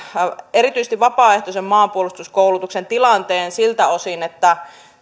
erityisesti vapaaehtoisen maanpuolustuskoulutuksen tilanteen siltä osin että